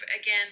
again